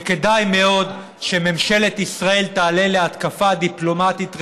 וכדאי שממשלת ישראל תעלה להתקפה דיפלומטית ראויה.